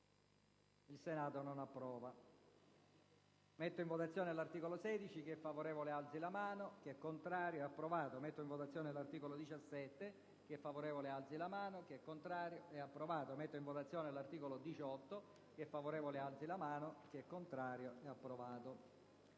**Il Senato non approva**.